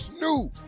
Snoop